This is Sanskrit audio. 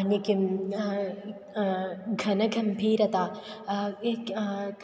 अन्यं किं घनगम्भीरता एक्